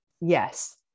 yes